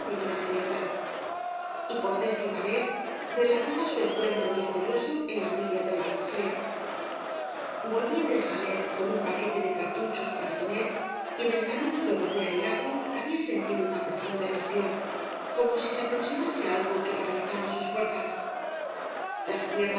divina frialdad y por décima vez relataba su encuentro mieterioso en la orilla de la albufera volvía del saler con un paquete de cartuchos para tonet y en el camino que bordea el lago había sentido una profunda emoción como si se aproximase aigo que paralizaba sus fuerzas las